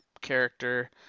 character